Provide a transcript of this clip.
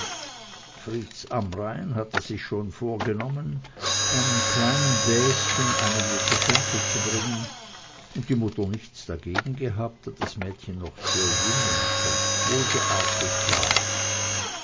fritz amrain hatte sich schon vorgenommen einem kleinen bäschen einige geschenke zu bringen und die mutter nichts dagegen gehabt da das mädchen noch sehr jung und sonst wohlgeartet war